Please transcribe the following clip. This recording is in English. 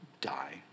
die